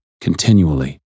continually